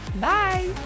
Bye